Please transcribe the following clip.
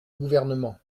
gouvernement